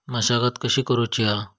मशागत कशी करूची हा?